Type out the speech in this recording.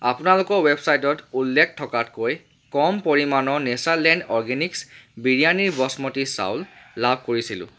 আপোনালোকৰ ৱেবছাইটত উল্লেখ থকাতকৈ কম পৰিমাণৰ নেচাৰলেণ্ড অৰগেনিক্ছ বিৰয়ানীৰ বাসমতী চাউল লাভ কৰিছিলোঁ